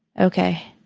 okay,